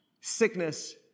Sickness